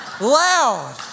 Loud